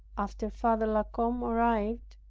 after father la combe arrived,